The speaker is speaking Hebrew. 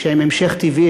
והן המשך טבעי,